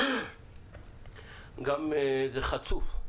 גם איזה חצוף,